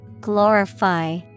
Glorify